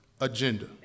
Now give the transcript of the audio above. agenda